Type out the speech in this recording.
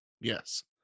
Yes